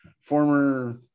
former